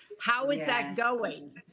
how is that going?